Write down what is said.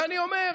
ואני אומר,